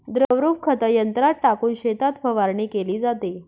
द्रवरूप खत यंत्रात टाकून शेतात फवारणी केली जाते